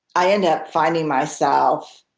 i end up finding myself